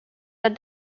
that